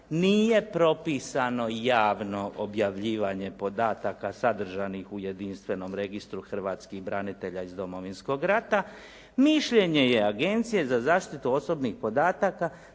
nije propisano javno objavljivanje podataka sadržanih u jedinstvenom registru hrvatskih branitelja iz Domovinskog rata, mišljenje je Agencije za zaštitu osobnih podataka